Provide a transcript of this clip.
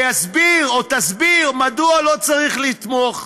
ויסביר או תסביר מדוע לא צריך לתמוך.